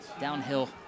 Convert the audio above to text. downhill